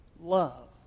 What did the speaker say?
love